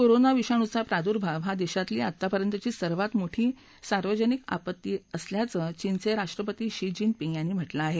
corona विषाणूचा प्रादुर्भाव हा देशातली आतापर्यंतची सर्वात मोठी सार्वजनिक आपत्ती असल्याचं चीनचे राष्ट्रपती शी जिनपिंग यांनी म्हटलं आहे